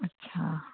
अच्छा